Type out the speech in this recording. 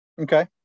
Okay